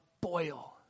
boil